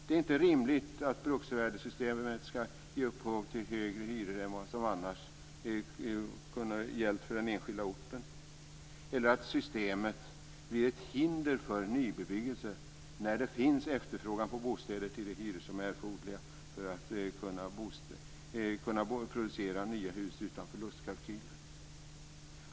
Det är inte rimligt att bruksvärdessystemet ska ge upphov till högre hyror än vad som annars skulle gälla i den enskilda orten eller att systemet blir ett hinder för nybebyggelse när det finns efterfrågan på bostäder till de hyror som är erforderliga för att man ska kunna producera nya hus utan förlustkalkyler.